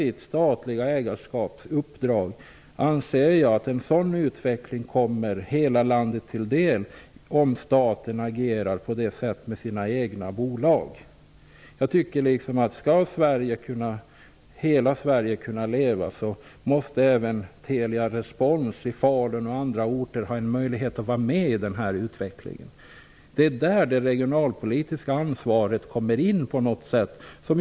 Jag anser att det kommer hela landet till godo om staten agerar på det sättet med sina egna bolag. Skall hela Sverige kunna leva måste även Telerespons i Falun och på andra orter ha en möjlighet att vara med i den utvecklingen. Det är där det regionalpolitiska ansvaret kommer in på något sätt.